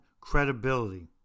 credibility